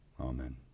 Amen